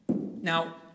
Now